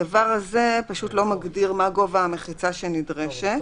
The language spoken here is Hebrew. הדבר הזה לא מגדיר מה גובה המחיצה הנדרשת.